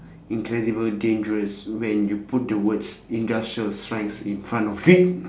incredible dangerous when you put the words industrial strength in front of it